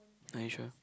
are you sure